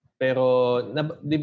pero